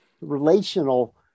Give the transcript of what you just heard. relational